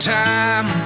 time